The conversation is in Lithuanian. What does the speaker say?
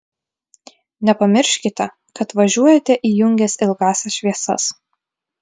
nepamirškite kad važiuojate įjungęs ilgąsias šviesas